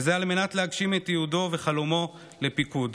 וזה על מנת להגשים את ייעודו וחלומו לפיקוד.